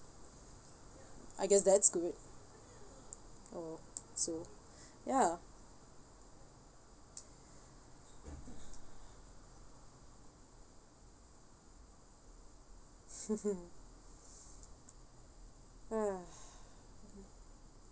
I guess that's good oh so ya ha